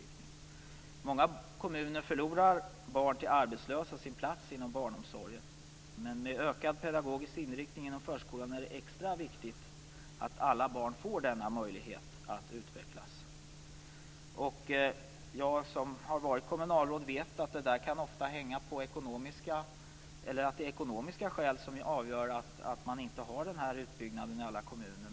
I många kommuner förlorar barn till arbetslösa sin plats inom barnomsorgen. Men med ökad pedagogisk inriktning inom förskolan är det extra viktigt att alla barn får denna möjlighet att utvecklas. Jag, som har varit kommunalråd, vet att det ofta kan vara ekonomiska skäl som gör att man inte har denna utbyggnad i alla kommuner.